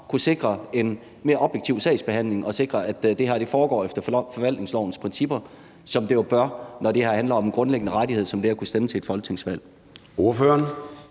kunne sikre en mere objektiv sagsbehandling og sikre, at det her foregår efter forvaltningslovens principper, som det jo bør, når det handler om en grundlæggende rettighed som det at kunne stemme til et folketingsvalg.